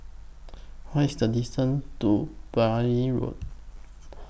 What IS The distance to Beaulieu Road